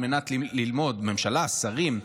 שרים,